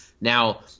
Now